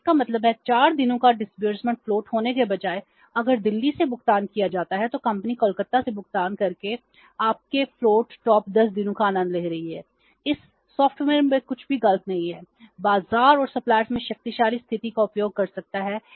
तो इसका मतलब 4 दिनों का डिसबर्समेंट फ्लोट में शक्तिशाली स्थिति का उपयोग कर सकता है